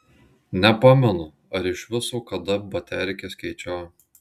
nepamenu ar iš viso kada baterkes keičiau